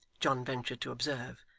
john ventured to observe,